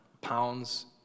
pounds